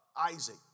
Isaac